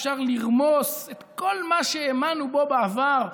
אפשר לרמוס את כל מה שהאמנו בו בעבר,